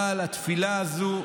אבל התפילה הזו,